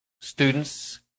students